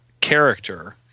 character